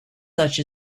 such